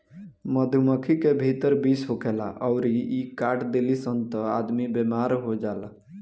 मधुमक्खी के भीतर विष होखेला अउरी इ काट देली सन त आदमी बेमार हो जाला